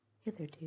Hitherto